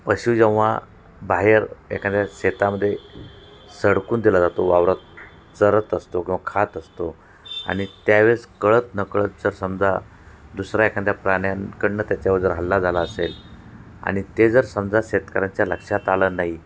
पशू जेव्हा बाहेर एखाद्या शेतामध्ये सडकून दिला जातो वावरात चरत असतो किंवा खात असतो आणि त्यावेळेस कळत नकळत जर समजा दुसरा एखाद्या प्राण्यांकडनं त्याच्यावर जर हल्ला झाला असेल आणि ते जर समजा शेतकऱ्यांच्या लक्षात आलं नाही